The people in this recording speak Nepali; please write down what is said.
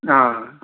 अँ